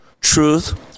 truth